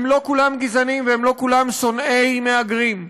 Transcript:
הם לא כולם גזענים ולא כולם שונאי מהגרים.